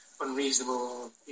unreasonable